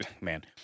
Man